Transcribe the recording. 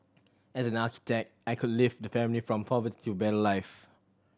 as an architect I could lift the family from poverty to a better life